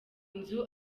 inzu